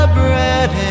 bread